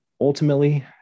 Ultimately